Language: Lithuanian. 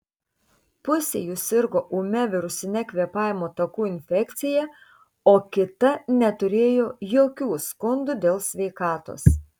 pusė jų sirgo ūmia virusine kvėpavimo takų infekcija o kita neturėjo jokių skundų dėl sveikatos